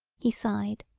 he sighed,